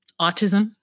autism